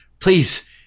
Please